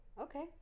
okay